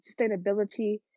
sustainability